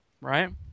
right